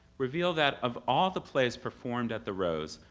reveal that of all the plays performed at the rose,